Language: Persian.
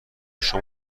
شما